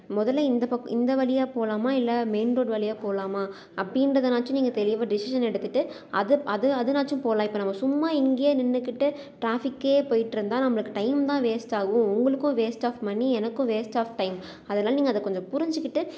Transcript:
முதல்ல இந்தப் பக்கம் இந்த வழியாகப் போகலாமா இல்லை மெயின்ரோடு வழியாக போகலாமா அப்படீன்றதனாச்சும் நீங்கள் தெளிவாக டிஷிஷன் எடுத்துவிட்டு அது அது அதுனாச்சும் போகலாம் இப்போ நம்ம சும்மா இங்கேயே நின்றுக்குட்டு ட்ராபிக்கே போயிகிட்டு இருந்தா நம்மளுக்கு டைம் தான் வேஸ்ட் ஆகும் உங்களுக்கும் வேஸ்ட் ஆப் மனி எனக்கும் வேஸ்ட் ஆப் டைம் அதனால நீங்கள் அதைக் கொஞ்சம் புரிஞ்சிக்கிட்டு